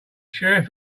sheriff